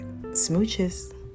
Smooches